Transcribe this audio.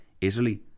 Italy